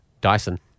Dyson